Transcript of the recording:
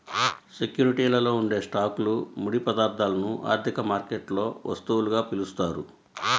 సెక్యూరిటీలలో ఉండే స్టాక్లు, ముడి పదార్థాలను ఆర్థిక మార్కెట్లలో వస్తువులుగా పిలుస్తారు